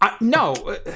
No